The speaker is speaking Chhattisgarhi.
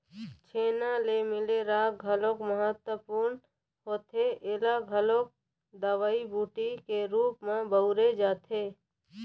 छेना ले मिले राख घलोक महत्वपूर्न होथे ऐला घलोक दवई बूटी के रुप म बउरे जाथे